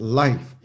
life